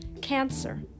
Cancer